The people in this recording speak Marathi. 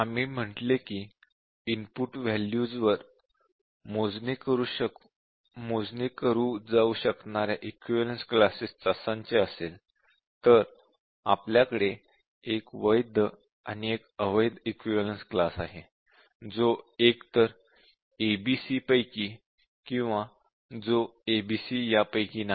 आम्ही म्हटले की इनपुट वॅल्यू जर मोजणी करू जाऊ शकणाऱ्या इक्विवलेन्स क्लासेस चा संच असेल तर आपल्याकडे 1 वैध आणि 1 अवैध इक्विवलेन्स क्लास आहे जो एकतर a b c पैकी आहे किंवा जो a b c यापैकी नाही